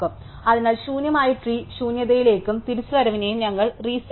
അതിനാൽ ശൂന്യമായ ട്രീ ശൂന്യതയിലേക്കും തിരിച്ചുവരവിനും ഞങ്ങൾ റീസെറ്റ് ചെയ്യുന്നു